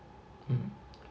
mm